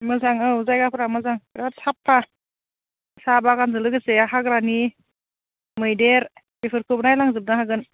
मोजां औ जायगाफोरा मोजां बिराद साफा साहा बागानजों लोगोसे हाग्रानि मैदेर बेफोरखौबो नायलांजोबनो हागोन